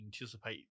anticipate